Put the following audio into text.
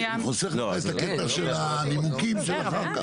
חוסך לך את הקטע של הנימוקים של אחר כך.